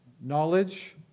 Knowledge